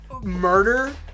murder